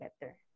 better